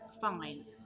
fine